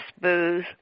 booze